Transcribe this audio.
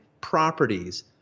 properties